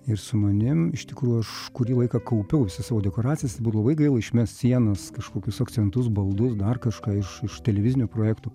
ir su manim iš tikrųjų aš kurį laiką kaupiausi savo dekoracijas būdavo labai gaila išmest sienas kažkokius akcentus baldus dar kažką iš iš televizinių projektų